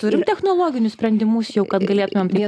turim technologinius sprendimus jau kad galėtumėm tai